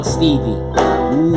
Stevie